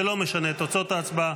זה לא משנה את תוצאות ההצבעה.